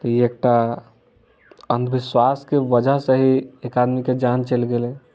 तऽ ई एकटा अन्धविश्वास के वजह सँ ही एक आदमी के जान चलि गेलै